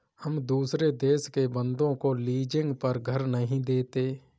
हम दुसरे देश के बन्दों को लीजिंग पर घर नहीं देते